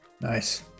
Nice